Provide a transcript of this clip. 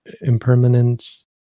impermanence